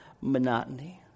monotony